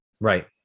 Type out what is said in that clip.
Right